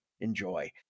enjoy